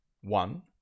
One